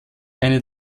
eine